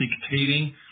dictating